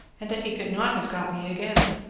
and that he could not have got me again.